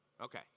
Okay